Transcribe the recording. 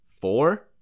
Four